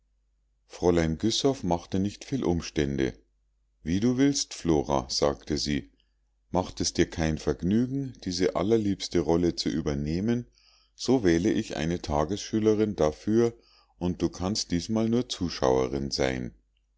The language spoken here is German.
fräulein güssow machte nicht viel umstände wie du willst flora sagte sie macht es dir kein vergnügen diese allerliebste rolle zu übernehmen so wähle ich eine tagesschülerin dafür und du kannst diesmal nur zuschauerin sein